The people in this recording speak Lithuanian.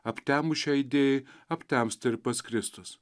aptemus šiai idėjai aptemsta ir pats kristus